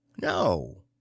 No